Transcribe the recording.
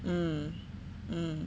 mm mm